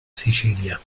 sicilia